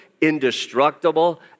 indestructible